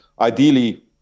ideally